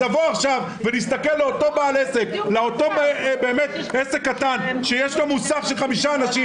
אז לבוא עכשיו ולהסתכל לאותו בעל עסק קטן שיש לו מוסך של חמישה אנשים